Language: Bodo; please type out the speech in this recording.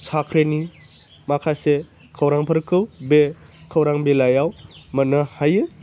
साख्रिनि माखासे खौरांफोरखौ बे खौरां बिलाइयाव मोन्नो हायो